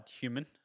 human